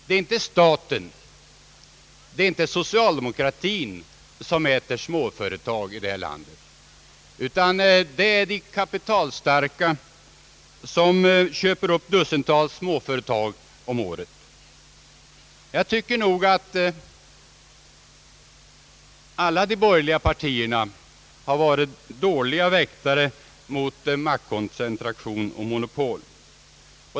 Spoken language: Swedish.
Det är inte staten och det är inte socialdemokratin, utan det är de kapitalstarka som köper upp dussintals småföretag om året. Jag tycker att alla de borgerliga partierna har varit dåliga väktare mot maktkoncentration och monopol.